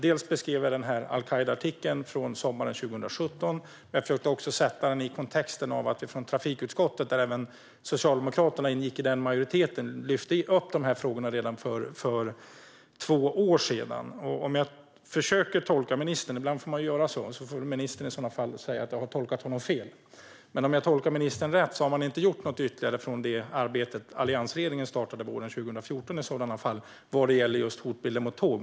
Jag beskrev al-Qaida-artikeln från sommaren 2017 och försökte sätta in den i kontexten att trafikutskottet, där även Socialdemokraterna ingick i majoriteten, lyfte upp de här frågorna redan för två år sedan. Jag försöker tolka ministern - ibland får man göra på det sättet, och om jag har tolkat ministern fel får han säga det - och om jag tolkar honom rätt har man inte gjort något ytterligare med det arbete som alliansregeringen startade våren 2014 vad gäller just hotbilden mot tåg.